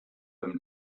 him